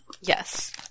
yes